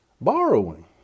borrowing